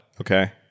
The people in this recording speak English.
Okay